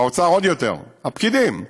באוצר עוד יותר, הפקידים: